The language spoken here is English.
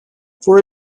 for